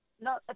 No